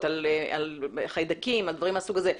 בבריכות על חיידקים ודברים מהסוג הזה.